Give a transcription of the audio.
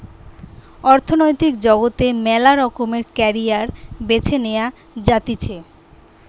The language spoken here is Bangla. অর্থনৈতিক জগতে মেলা রকমের ক্যারিয়ার বেছে নেওয়া যাতিছে